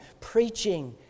preaching